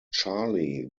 charlie